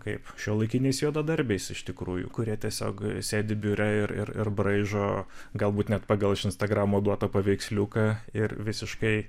kaip šiuolaikiniais juodadarbiais iš tikrųjų kurie tiesiog sėdi biure ir ir braižo galbūt net pagal iš instagramo duotą paveiksliuką ir visiškai